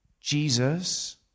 Jesus